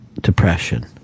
Depression